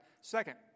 Second